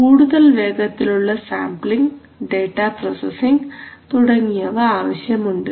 കൂടുതൽ വേഗത്തിലുള്ള sampling data processing തുടങ്ങിയവ ആവശ്യമുണ്ട്